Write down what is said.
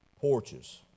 porches